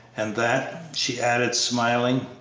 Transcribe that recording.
and that, she added smiling,